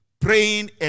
praying